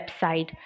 website